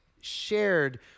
shared